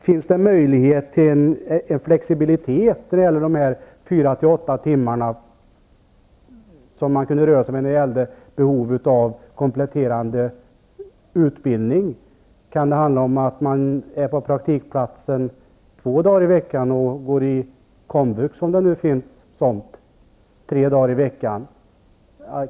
Finns det möjlighet till flexibilitet när det gäller de fyra till åtta timmarna som man kunde röra sig med för att t.ex. täcka behov av kompletterande utbildning? Kan man vara på en praktikplats två dagar i veckan för att sedan studera på komvux -- om komvux kommer att finnas kvar -- tre dagar i veckan?